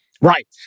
Right